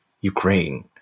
Ukraine